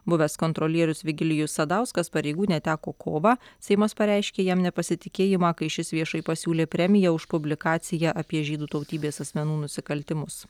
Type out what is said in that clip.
buvęs kontrolierius virgilijus sadauskas pareigų neteko kovą seimas pareiškė jam nepasitikėjimą kai šis viešai pasiūlė premiją už publikaciją apie žydų tautybės asmenų nusikaltimus